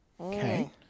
Okay